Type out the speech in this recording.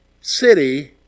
city